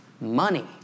money